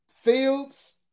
Fields